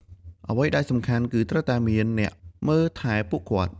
អ្វីដែលសំខាន់ គឺត្រូវតែមានអ្នកមើលថែពួកគាត់។